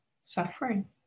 suffering